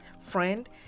Friend